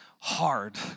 hard